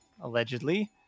allegedly